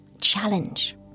challenge